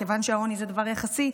כיוון שהעוני זה דבר יחסי,